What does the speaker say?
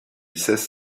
cesse